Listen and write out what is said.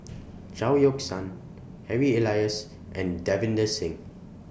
Chao Yoke San Harry Elias and Davinder Singh